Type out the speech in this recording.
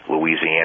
louisiana